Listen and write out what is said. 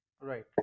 Right